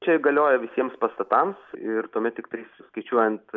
čia galioja visiems pastatams ir tuomet tiktai skaičiuojant